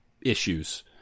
issues